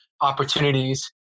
opportunities